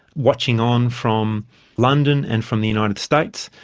watching on from london and from the united states,